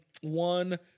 one